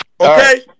Okay